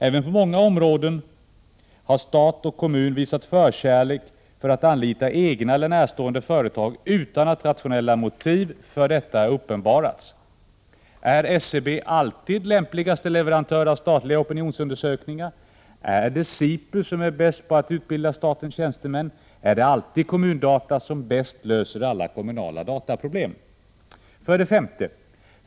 Även på många andra områden har stat och kommun visat förkärlek för att anlita egna eller närstående företag utan att rationella motiv för detta uppenbarats. Är SCB alltid lämpligaste leverantör av statliga opinionsundersökningar? Är det SIPU som är bäst på att utbilda statens tjänstemän? Är det alltid Kommundata som bäst löser alla kommunala dataproblem? 5.